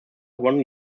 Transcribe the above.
one